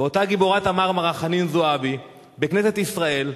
ואותה גיבורת ה"מרמרה", חנין זועבי, בכנסת ישראל,